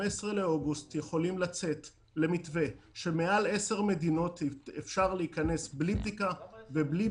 הן למשרד הבריאות, למשרד התיירות ולחברי